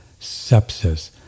sepsis